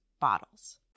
bottles